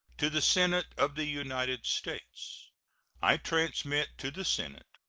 to the senate of the united states i transmit to the senate,